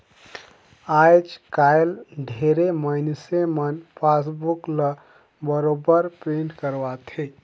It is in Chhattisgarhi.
आयज कायल ढेरे मइनसे मन पासबुक ल बरोबर पिंट करवाथे